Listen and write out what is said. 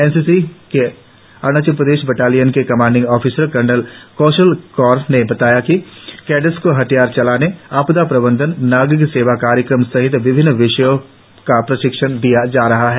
N C C के Arunachal Pradesh battalion के commanding officer colonel Kaushal Kar ने बताया कि कैडेट्स को हथियार चलाने आपदा प्रबंधन नागरिक सेवा कार्यक्रम सहित विभिन्न विषयों का प्रशिक्षण दिया जा रहा है